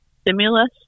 stimulus